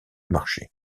marché